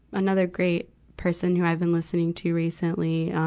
another great person who i've been listening to recently, um,